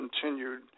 continued